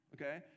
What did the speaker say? okay